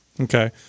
Okay